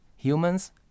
Humans